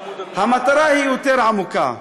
המטרה היא יותר עמוקה: